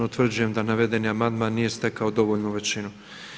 Utvrđujem da navedeni amandman nije stekao dovoljnu većinu.